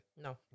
No